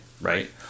right